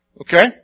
Okay